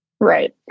Right